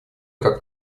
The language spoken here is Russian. как